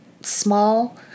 small